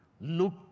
Look